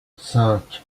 cinq